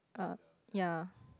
err ya